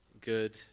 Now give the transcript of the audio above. good